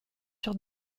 sur